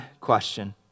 question